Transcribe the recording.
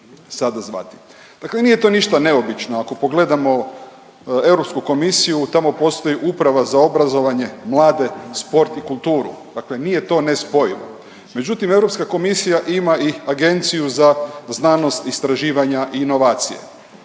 Dakle nije to ništa neobično, ako pogledamo Europsku komisiju, tamo postoji Uprava za obrazovanje, mlade, sport i kulturu, dakle nije to nespojivo. Međutim, Europska komisija ima i Agenciju za znanost, istraživanja i inovacije.